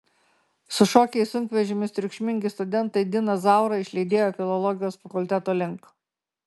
sušokę į sunkvežimius triukšmingi studentai diną zaurą išlydėjo filologijos fakulteto link